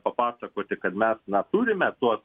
papasakoti kad mes na turime tuos